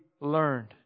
learned